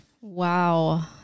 Wow